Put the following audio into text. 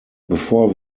bevor